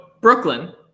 Brooklyn